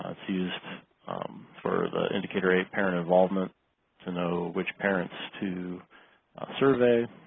excused for the indicator a parent involvement to know which parents to survey